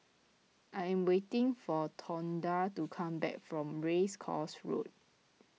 I am waiting for Tonda to come back from Race Course Road